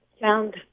found